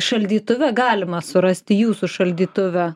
šaldytuve galima surasti jūsų šaldytuve